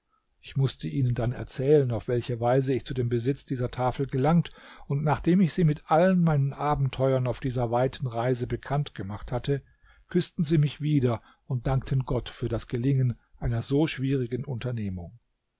ich mußte ihnen dann erzählen auf welche weise ich zu dem besitz dieser tafel gelangt und nachdem ich sie mit allen meinen abenteuern auf dieser weiten reise bekannt gemacht hatte küßten sie mich wieder und dankten gott für das gelingen einer so schwierigen unternehmung